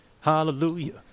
Hallelujah